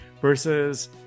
versus